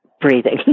breathing